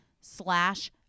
slash